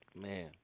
Man